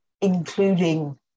including